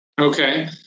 okay